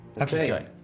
Okay